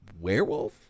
werewolf